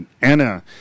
Anna